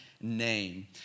name